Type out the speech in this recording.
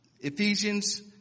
Ephesians